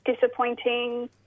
disappointing